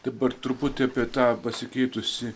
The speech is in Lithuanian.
dabar truputį apie tą pasikeitusį